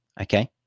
Okay